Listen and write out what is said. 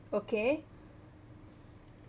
okay